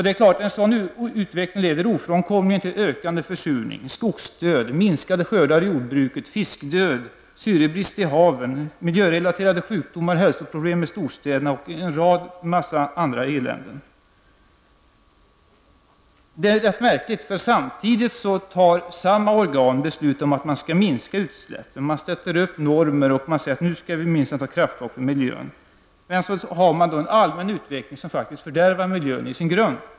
En sådan utveckling leder ofrånkomligen till ökande försurning, skogsdöd, minskade skördar i jordbruket, fiskdöd, syrebrist i haven, miljörelaterade sjukdomar och hälsoproblem i storstäderna samt en rad annat elände. Märkligt är att samma organ samtidigt fattar beslut om att minska utsläppen. Man sätter upp normer och säger att man nu minsann skall ta krafttag för miljön. Samtidigt har man en allmän utveckling som fördärvar miljön i dess grund.